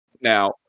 now